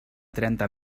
trenta